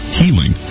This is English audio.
healing